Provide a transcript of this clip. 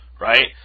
right